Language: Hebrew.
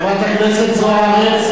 חברת הכנסת זוארץ.